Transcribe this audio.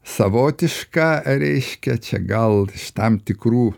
savotiška reiškia čia gal iš tam tikrų